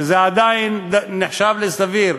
שזה עדיין נחשב לסביר,